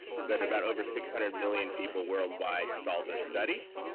said about over six hundred million people worldwide saw this study.